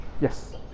Yes